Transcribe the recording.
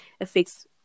affects